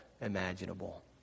imaginable